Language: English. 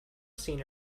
seen